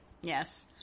Yes